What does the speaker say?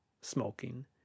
smoking